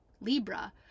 Libra